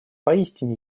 поистине